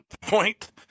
point